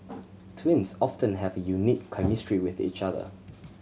twins often have a unique chemistry with each other